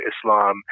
Islam